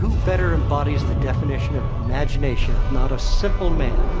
better embodies the definition of imagination if not a simple man.